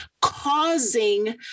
causing